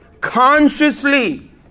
consciously